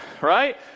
right